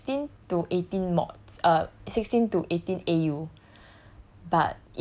seven sixteen to eighteen mods uh sixteen to eighteen A_U